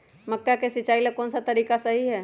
मक्का के सिचाई ला कौन सा तरीका सही है?